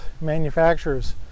manufacturers